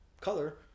color